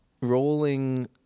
rolling